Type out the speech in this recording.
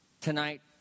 Tonight